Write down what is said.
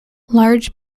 large